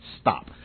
stop